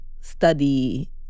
study